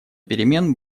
перемен